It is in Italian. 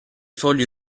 fogli